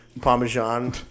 Parmesan